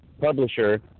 publisher